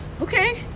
okay